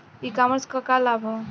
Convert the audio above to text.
ई कॉमर्स क का लाभ ह?